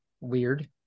weird